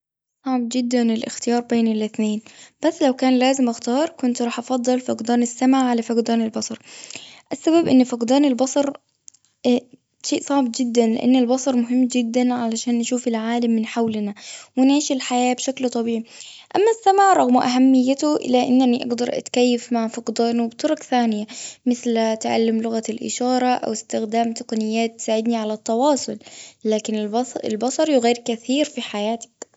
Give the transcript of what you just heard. صعب جداً الإختيار بين الاثنين، بس لو كان لازم اختار، كنت راح أفضل فقدان السمع على فقدان البصر. السبب إن فقدان البصر، شيء صعب جداً. لأن البصر مهم جداً، علشان نشوف العالم من حولنا، ونعيش الحياة بشكل طبيعي. أما السمع رغم أهميته، إلا أنني أجدر اتكيف مع فقدانه بطرق ثانية. مثل تعلم لغة الإشارة، أو استخدام تقنيات تساعدني على التواصل. لكن البصر- البصر يغير كثير في حياتك.